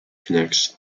connects